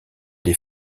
des